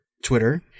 Twitter